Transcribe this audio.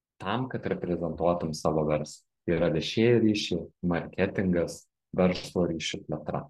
tam kad reprezentuotum savo verslą yra viešieji ryšiai marketingas verslo ryšių plėtra